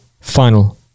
FINAL